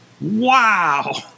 Wow